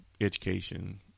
education